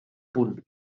punt